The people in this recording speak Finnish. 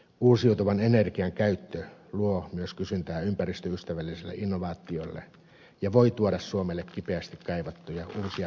uusiutuvan energian käyttö luo myös kysyntää ympäristöystävällisille innovaatioille ja voi tuoda suomelle kipeästi kaivattuja uusia vientituotteita